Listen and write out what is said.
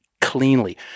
cleanly